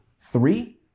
Three